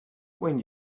when